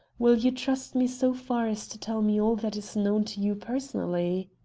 will you trust me so far as to tell me all that is known to you personally?